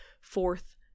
fourth